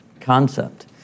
concept